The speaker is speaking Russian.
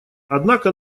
однако